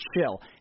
chill